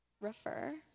refer